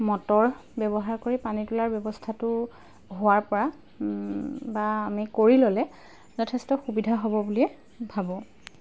motor ব্যৱহাৰ কৰি পানী তোলাৰ ব্যৱস্থাটো হোৱাৰ পৰা বা আমি কৰি ল'লে যথেষ্ট সুবিধা হ'ব বুলিয়ে ভাবোঁ